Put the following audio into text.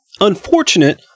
unfortunate